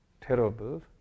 terrible